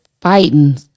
fighting